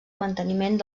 manteniment